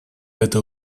это